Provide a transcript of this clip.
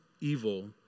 evil